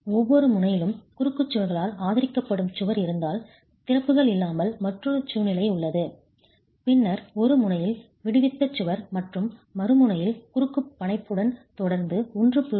ஒவ்வொரு முனையிலும் குறுக்கு சுவர்களால் ஆதரிக்கப்படும் சுவர் இருந்தால் திறப்புகள் இல்லாமல் மற்றொரு சூழ்நிலை உள்ளது பின்னர் ஒரு முனையில் விடுவித்த சுவர் மற்றும் மறுமுனையில் குறுக்கு பணப்பையுடன் தொடர்ந்து 1